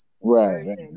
Right